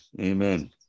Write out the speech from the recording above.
Amen